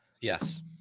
yes